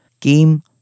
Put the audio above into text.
came